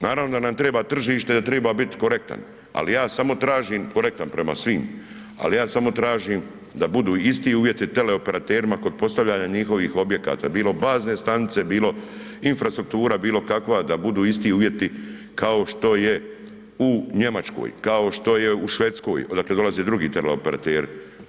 Naravno da nam treba tržište, da treba biti korektan ali ja samo tražim korektno prema svim, ali ja samo tražim da budu isti uvjeti teleoperaterima kod postavljanja njihovih objekata, bilo bazne stanice, bilo infrastruktura bilokakva, da budu isti uvjeti kao što je u Njemačkoj, kao što je u Švedskoj odakle dolaze drugi teleoperateri.